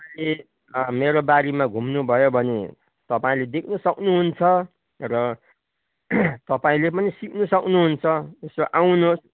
तपाईँ मेरो बारीमा घुम्नुभयो भने तपाईँले देख्नु सक्नुहुन्छ र तपाईँले पनि सिक्नु सक्नुहुन्छ यसो आउनुहोस्